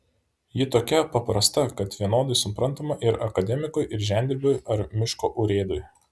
ji tokia paprasta kad vienodai suprantama ir akademikui ir žemdirbiui ar miško urėdui